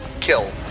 Kill